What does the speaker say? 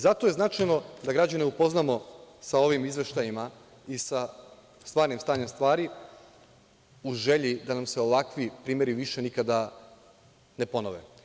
Zato je značajno da građane upoznamo sa ovim izveštajima i sa stvarnim stanjem stvari, u želji da nam se ovakvi primeri više nikada ne ponove.